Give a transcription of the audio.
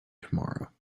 tomorrow